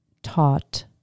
taught